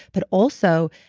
but also,